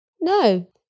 No